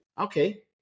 okay